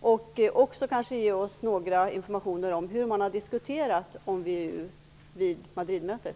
och också ge oss någon information om hur man har diskuterat VEU vid Madridmötet?